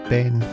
Ben